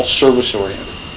service-oriented